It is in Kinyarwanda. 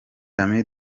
ami